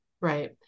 Right